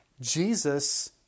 Jesus